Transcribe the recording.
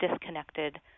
disconnected